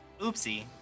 Oopsie